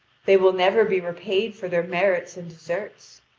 they will never be repaid for their merits and deserts.